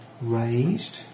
Raised